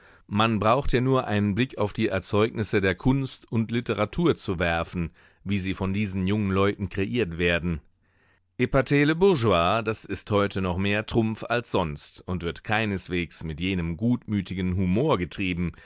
man braucht ja nur einen blick auf die erzeugnisse der kunst und literatur zu werfen wie sie von diesen jungen leuten kreiert werden pater le bourgeois das ist heute noch mehr trumpf als sonst und wird keineswegs mit jenem gutmütigen humor getrieben